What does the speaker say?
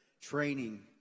training